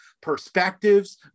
perspectives